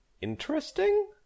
interesting